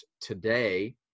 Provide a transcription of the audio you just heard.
today